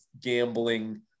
gambling